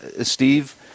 steve